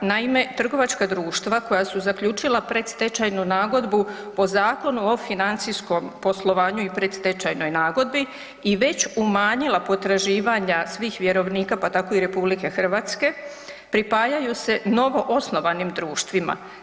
Naime, trgovačka društva koja su zaključila predstečajnu nagodbu po Zakonu o financijskom poslovanju i predstečajnoj nagodbi i već umanjila potraživanja svih vjerovnika pa tako i RH, pripajaju se novo osnovanim društvima.